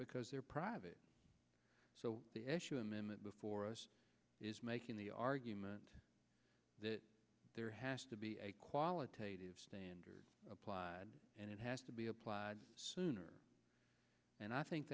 because they're private so the issue i'm in that before us is making the argument that there has to be a qualitative standard applied and it has to be applied sooner and i think